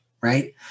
right